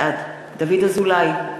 בעד דוד אזולאי,